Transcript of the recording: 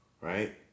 right